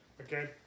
okay